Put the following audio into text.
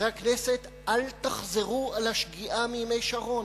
חברי הכנסת, אל תחזרו על השגיאה מימי שרון,